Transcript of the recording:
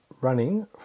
running